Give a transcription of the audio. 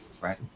right